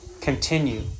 continue